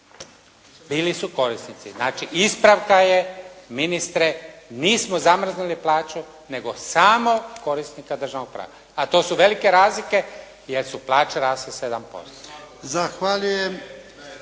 Bili su korisnici. Znači ispravka je ministre nismo zamrznuli plaću nego samo korisnika Državnog proračuna. A to su velike razlike jer su plaće rasle 7%